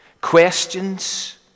Questions